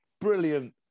brilliant